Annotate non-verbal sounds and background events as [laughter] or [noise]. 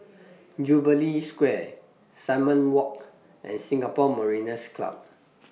[noise] Jubilee Square Simon Walk and Singapore Mariners' Club